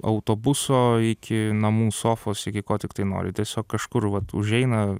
autobuso iki namų sofos iki ko tiktai nori tiesiog kažkur vat užeina